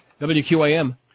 WQAM